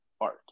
art